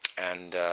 and